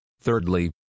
Thirdly